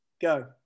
go